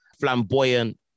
flamboyant